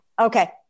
Okay